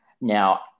Now